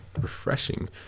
refreshing